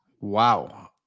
wow